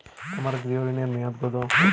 আমার গৃহ ঋণের মেয়াদ কত?